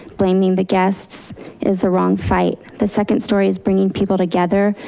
blaming the guests is the wrong fight. the second story is bringing people together,